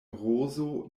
rozo